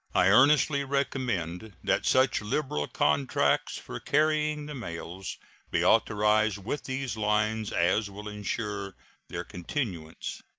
i earnestly recommend that such liberal contracts for carrying the mails be authorized with these lines as will insure their continuance.